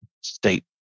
state